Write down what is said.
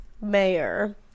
mayor